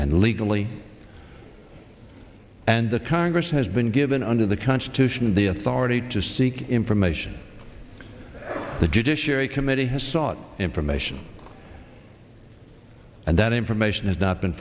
and legally and the congress has been given under the constitution the authority to seek information the judiciary committee has sought information and that information has not been